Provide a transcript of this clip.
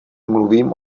mluvím